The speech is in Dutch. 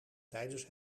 tijdens